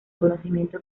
conocimiento